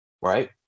right